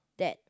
that